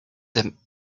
them